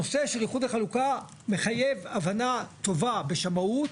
הנושא של איחוד וחלוקה מחייב הבנה טובה בשמאות,